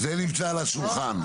זה נמצא על השולחן.